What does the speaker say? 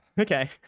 Okay